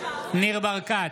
ניר ברקת,